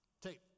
Tape